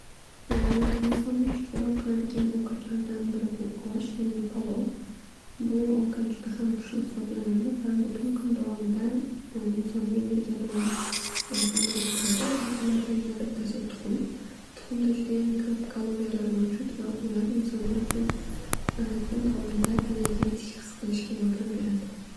Insonni kuchliroq qiladigan ovqatlardan biri bu osh, ya'ni palov. Bu ovqat juda ham kuchli hisoblanadi va butun kun davomida insonni energiya bilan taminlab turadi va bulardan yana bittasi tuxum. Tuxumda judayam ko'p kaloriyalar mavjud va ular insonni butun kun davomida energetik his qilishga yordam beradi.